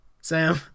Sam